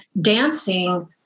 dancing